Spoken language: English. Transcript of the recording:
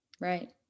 Right